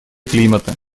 климата